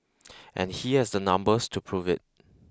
and he has the numbers to prove it